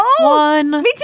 One